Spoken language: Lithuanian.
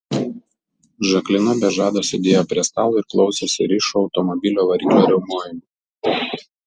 žaklina be žado sėdėjo prie stalo ir klausėsi rišo automobilio variklio riaumojimo